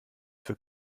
für